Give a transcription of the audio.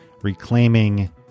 reclaiming